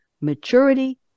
maturity